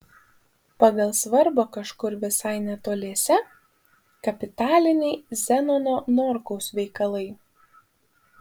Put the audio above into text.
pagal svarbą kažkur visai netoliese kapitaliniai zenono norkaus veikalai